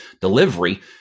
delivery